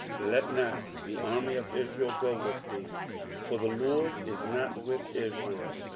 let not the army of israel go with thee for the lord is not with israel,